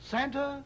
Santa